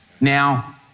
Now